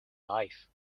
life